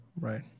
right